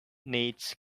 needs